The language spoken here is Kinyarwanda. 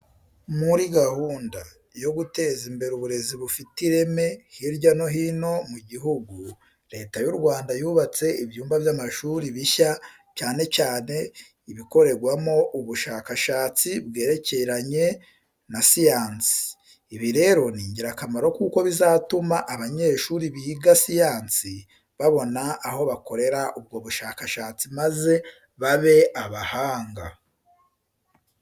Muri gahunda yo guteza imbere uburezi bufite ireme hirya no hino mu gihugu, Leta y'u Rwanda yubatse ibyumba by'amashuri bishya cyane cyane ibikorerwamo ubushakashatsi bwerekeranye na siyansi. Ibi rero ni ingirakamaro kuko bizatuma abanyeshuri biga siyansi babona aho bakorera ubwo bushakashatsi maze babe abahanga.